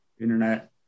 internet